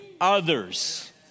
others